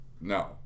no